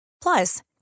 plus